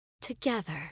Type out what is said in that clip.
together